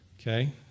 Okay